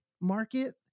market